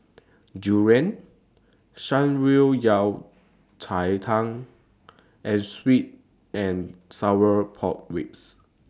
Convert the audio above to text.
Durian Shan Rui Yao Cai Tang and Sweet and Sour Pork Ribs